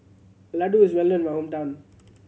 ladoo is well known in my hometown